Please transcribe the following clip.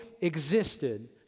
existed